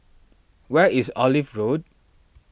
where is Olive Road